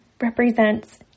represents